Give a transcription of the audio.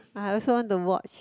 I also want to watch